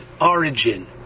origin